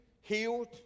healed